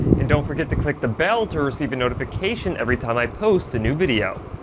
and don't forget to click the bell to receive a notification every time i post a new video.